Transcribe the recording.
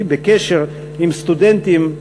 בקשר עם סטודנטים,